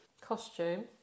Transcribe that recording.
Costume